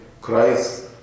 Christ